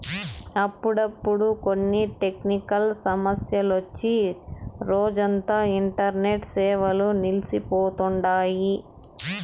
అప్పుడప్పుడు కొన్ని టెక్నికల్ సమస్యలొచ్చి రోజంతా ఇంటర్నెట్ సేవలు నిల్సి పోతండాయి